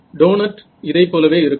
donut இதைப் போலவே இருக்கும்